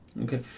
Okay